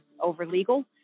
over-legal